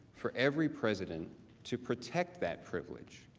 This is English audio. for every president to protect that privilege.